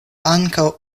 ankaŭ